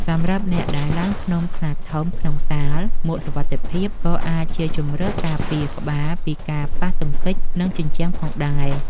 សម្រាប់អ្នកដែលឡើងភ្នំខ្នាតធំក្នុងសាល មួកសុវត្ថិភាព ក៏អាចជាជម្រើសការពារក្បាលពីការប៉ះទង្គិចនឹងជញ្ជាំងផងដែរ។